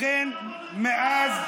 לכן מאז,